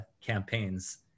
campaigns